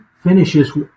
Finishes